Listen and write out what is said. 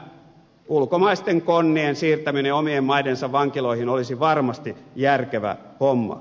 tämä ulkomaisten konnien siirtäminen omien maidensa vankiloihin olisi varmasti järkevä homma